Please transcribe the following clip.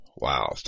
Wow